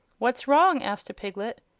what's wrong? asked a piglet.